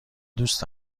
دوست